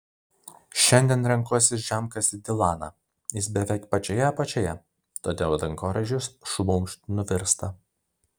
šiandien renkuosi žemkasį dilaną jis beveik pačioje apačioje todėl dangoraižis šlumšt nuvirsta